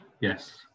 yes